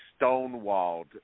stonewalled